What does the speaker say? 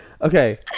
okay